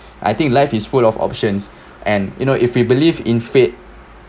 I think life is full of options and you know if you believe in fate